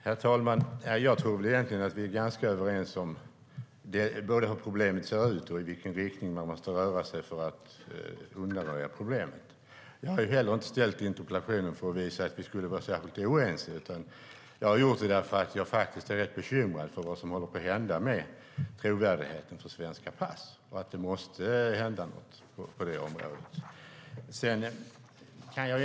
Herr talman! Jag tror egentligen att vi är ganska överens om både hur problemet ser ut och i vilken riktning man måste röra sig för att undanröja problemet. Jag har heller inte ställt interpellationen för att visa att vi skulle vara särskilt oense, utan jag har gjort det för att jag faktiskt är rätt bekymrad över vad som håller på att hända med trovärdigheten för svenska pass. Det måste hända något på det området.